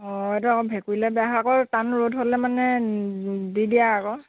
অঁ এইটো আক ভেঁকুৰিলে বেয়া হয় আকৌ টান ৰ'দ হ'লে মানে দি দিয়া আকৌ